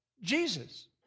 Jesus